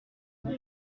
deux